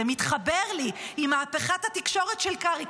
זה מתחבר לי עם מהפכת התקשורת של קרעי,